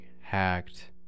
hacked